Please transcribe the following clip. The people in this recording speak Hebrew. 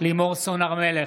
לימור סון הר מלך,